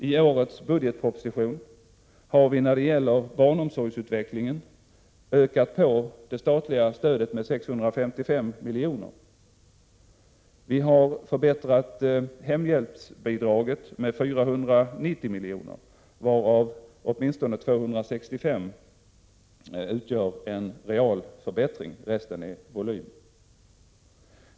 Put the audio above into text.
I årets budgetproposition har vi när det gäller utvecklingen av barnomsorgen ökat på det statliga stödet med 655 miljoner. Vi har förstärkt hemhjälpsbidraget med 490 miljoner, varav åtminstone 265 miljoner utgör en real förbättring.